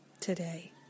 today